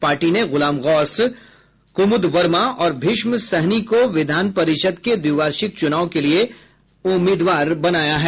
party ने गुलाम गौस कुमुद वर्मा और भीष्म सहनी को विधान परिषद के द्विवार्षिक चुनाव के लिए उम्मीदवार बनाया है